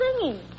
singing